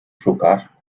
szukasz